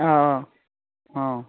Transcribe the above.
ꯑꯧ ꯑꯧ ꯑꯧ